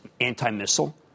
anti-missile